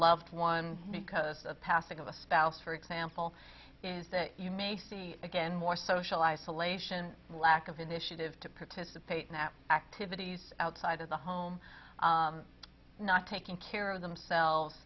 loved one because of the passing of a spouse for example is that you may see again more social isolation lack of initiative to participate in at activities outside of the home not taking care of themselves